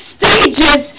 stages